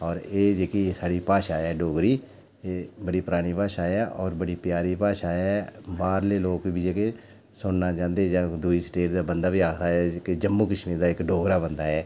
और एह् जेह्की साढ़ी भाशा ऐ डोगरी एह् बड़ी परानी भाशा ऐ होर बड़ी प्यारी भाशा ऐ बाह्रले लोक बी जेह्के सुनना चांह्दे जां दूई स्टे ट दा बंदा बी आखदा ऐ कि जम्मू कश्मीर दा इक डोगरा बंदा ऐ